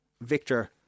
Victor